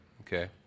Okay